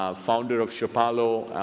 ah founder of sherpalo,